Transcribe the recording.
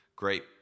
great